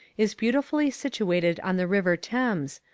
is beautifully situated on the river thames,